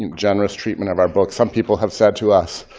you know generous treatment of our book. some people have said to us,